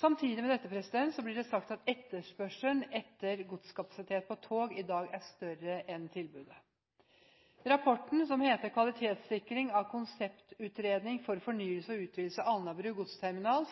Samtidig blir det sagt at etterspørselen etter godskapasitet på tog i dag er større enn tilbudet. Rapporten fra NHO som heter Kvalitetssikring av konseptutredning for fornyelse og utvidelse av Alnabru godsterminal,